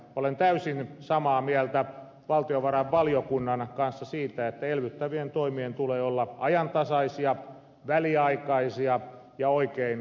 olen täysin samaa mieltä valtiovarainvaliokunnan kanssa siitä että elvyttävien toimien tulee olla ajantasaisia väliaikaisia ja oikein kohdennettuja